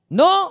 no